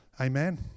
Amen